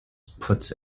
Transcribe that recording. puts